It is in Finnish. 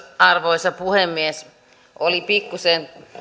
arvoisa puhemies oli pikkusen